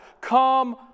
Come